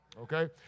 Okay